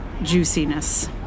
juiciness